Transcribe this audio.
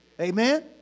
Amen